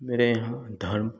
मेरे यहाँ धर्म